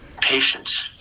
Patience